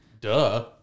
Duh